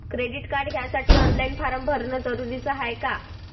Credit card घ्यासाठी online form भरन जरुरीच हाय का?